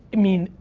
i mean,